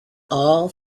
all